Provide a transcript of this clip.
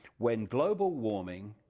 when global warming,